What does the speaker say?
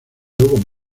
con